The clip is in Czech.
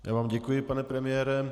Já vám děkuji, pane premiére.